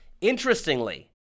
Interestingly